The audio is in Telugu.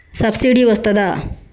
సబ్సిడీ వస్తదా?